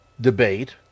debate